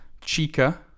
Chica